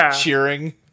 cheering